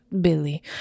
Billy